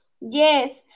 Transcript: Yes